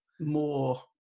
more